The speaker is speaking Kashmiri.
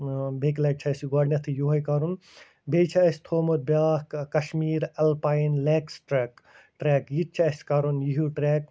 بیٚکہِ لَٹہِ چھِ اَسہِ یہِ گۄڈٕنٮ۪تھٕے یِہوٚے کَرُن بیٚیہِ چھِ اَسہِ تھوٚمُت بیٛاکھ Kashmir alpine lakes trek trek یہِ تہِ چھِ اَسہِ کَرُن یہِ ہیُو ٹرٛٮ۪ک